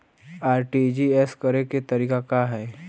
RTGS करे के तरीका का हैं?